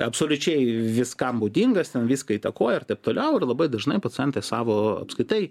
absoliučiai viskam būdingas ten viską įtakoja ir taip toliau ir labai dažnai pacientas savo apskritai